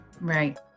Right